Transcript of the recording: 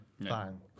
bang